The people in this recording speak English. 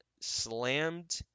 slammed